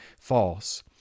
false